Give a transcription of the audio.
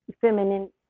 feminine